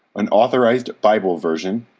an authorized bible version,